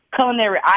culinary